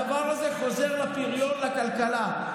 הדבר הזה חוזר לפריון, לכלכלה.